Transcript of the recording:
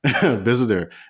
visitor